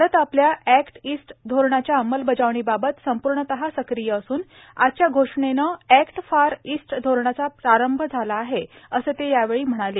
भारत आपल्या act east धोरणाच्या अंमलबजावणीबाबत संपूर्णतः सक्रिय असून आजच्या घोषणेनं अक्वट फार ईस्ट धोरणाचा प्रारंभ झाला आहे असं ते यावेळी म्हणाले